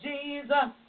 Jesus